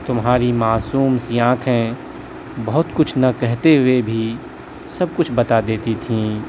تمہاری معصوم سی آنکھیں بہت کچھ نا کہتے ہوئے بھی سب کچھ بتا دیتی تھی